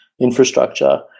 infrastructure